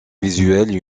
visuelle